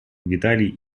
виталий